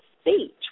speech